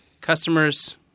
customers